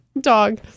Dog